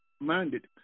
minded